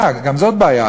גם זאת בעיה,